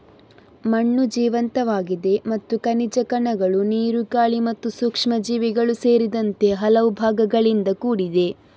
ಮಣ್ಣು ಜೀವಂತವಾಗಿದೆ ಮತ್ತು ಖನಿಜ ಕಣಗಳು, ನೀರು, ಗಾಳಿ ಮತ್ತು ಸೂಕ್ಷ್ಮಜೀವಿಗಳು ಸೇರಿದಂತೆ ಹಲವು ಭಾಗಗಳಿಂದ ಕೂಡಿದೆ